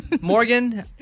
Morgan